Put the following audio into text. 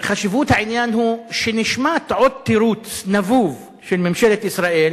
חשיבות העניין היא שנשמע עוד תירוץ נבוב של ממשלת ישראל,